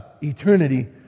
eternity